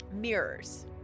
mirrors